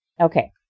Okay